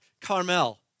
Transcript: Carmel